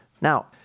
Now